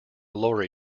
lorry